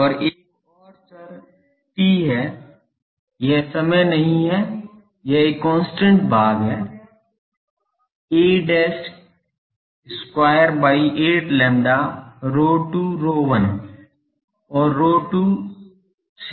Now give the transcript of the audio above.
और एक और चर t है यह समय नहीं है यह एक कांस्टेंट भाग है a dashed square by 8 lambda ρ2 ρ1 और ρ2 शेष हैं